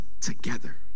together